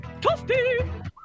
Toasty